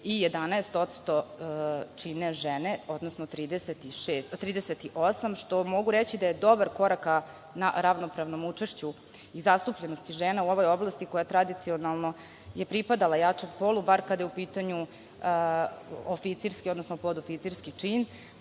i 11% čine žene, odnosno 38%, što mogu reći da je dobar korak ka ravnopravnom učešću i zastupljenosti žena u ovoj oblasti koja tradicionalno je pripadala jačem polu, bar kad je u pitanju oficirski, odnosno podoficirski čin.